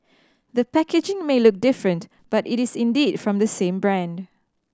the packaging may look different but it is indeed from the same brand